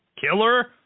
killer